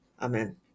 Amen